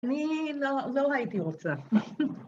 אני לא הייתי רוצה